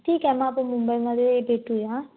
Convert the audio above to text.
ठीक आहे मग आपण मुंबईमध्ये भेटू या